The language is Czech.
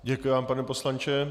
Děkuji vám, pane poslanče.